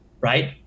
right